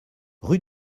rue